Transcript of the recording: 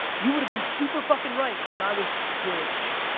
you would've been super fucking right when i was your age.